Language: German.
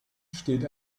steht